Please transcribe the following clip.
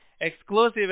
exclusive